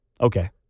Okay